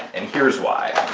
and here's why